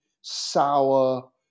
sour